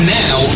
now